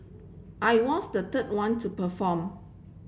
I was the third one to perform